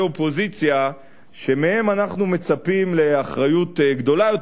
אופוזיציה שמהם אנחנו מצפים לאחריות גדולה יותר,